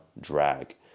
drag